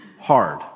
hard